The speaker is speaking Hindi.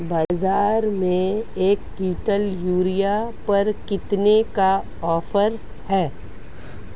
बाज़ार में एक किवंटल यूरिया पर कितने का ऑफ़र है?